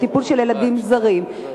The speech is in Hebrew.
בטיפול בילדי עובדים זרים,